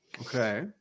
Okay